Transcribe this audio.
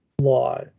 law